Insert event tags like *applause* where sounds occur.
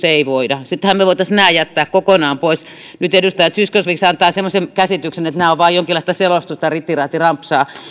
*unintelligible* ei voida sittenhän me voisimme nämä jättää kokonaan pois nyt edustaja zyskowicz esimerkiksi antaa semmoisen käsityksen että nämä ovat vain jonkinlaista selostusta ja ritiratirampsaa